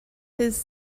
his